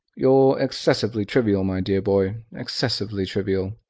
you're excessively trivial, my dear boy, excessively trivial!